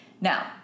Now